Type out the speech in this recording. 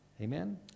Amen